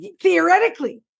theoretically